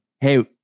Hey